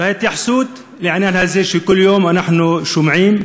ההתייחסות לעניין הזה, כל יום אנחנו שומעים: